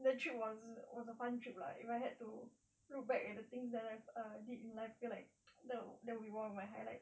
the trip was was a fun trip lah if I had to look back at the things that I've uh did in life I feel like that that will be one of my highlights